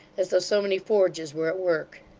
as though so many forges were at work.